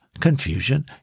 confusion